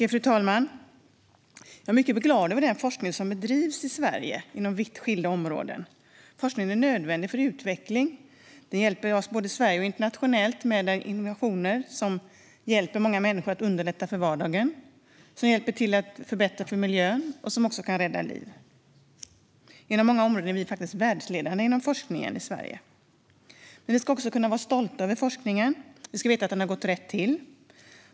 Fru talman! Jag är mycket glad över den forskning som bedrivs i Sverige på vitt skilda områden. Forskningen är nödvändig för utveckling. Den hjälper oss både i Sverige och internationellt med innovationer som hjälper och underlättar vardagen för många människor, som hjälper till att förbättra miljön och som kan rädda liv. På många områden är vi i Sverige faktiskt världsledande inom forskningen. Men vi ska också kunna vara stolta över forskningen. Vi ska veta att den har gått rätt till.